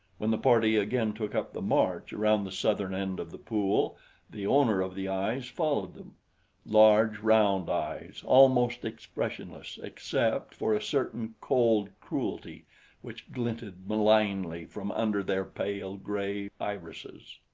when the party again took up the march around the southern end of the pool the owner of the eyes followed them large, round eyes, almost expressionless except for a certain cold cruelty which glinted malignly from under their pale gray irises.